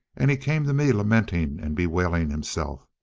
and he came to me lamenting and bewailing himself.